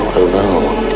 alone